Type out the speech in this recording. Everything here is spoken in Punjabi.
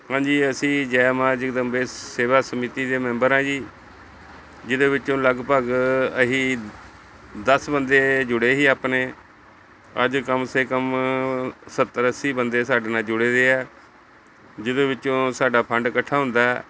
ਹਾਂਜੀ ਅਸੀਂ ਜੈ ਮਾਂ ਜਗਦੰਬੇ ਸੇਵਾ ਸਮਿਤੀ ਦੇ ਮੈਂਬਰ ਹਾਂ ਜੀ ਜਿਹਦੇ ਵਿੱਚੋਂ ਲਗਭਗ ਅਸੀਂ ਦਸ ਬੰਦੇ ਜੁੜੇ ਸੀ ਆਪਣੇ ਅੱਜ ਕਮ ਸੇ ਕਮ ਸੱਤਰ ਅੱਸੀ ਬੰਦੇ ਸਾਡੇ ਨਾਲ ਜੁੜੇ ਦੇ ਆ ਜਿਹਦੇ ਵਿੱਚੋਂ ਸਾਡਾ ਫੰਡ ਇਕੱਠਾ ਹੁੰਦਾ